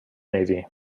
navy